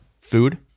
Food